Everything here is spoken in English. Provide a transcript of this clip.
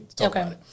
Okay